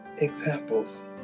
examples